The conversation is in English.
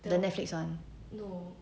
the no